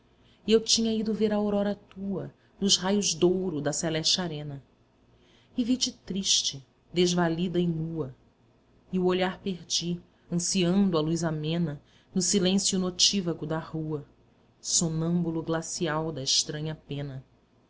eu tinha ido ver a aurora tua nos raios douro da celeste arena e vi-te triste desvalida e nua e o olhar perdi ansiando a luz amena no silêncio notívago da rua sonâmbulo glacial da estranha pena